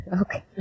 Okay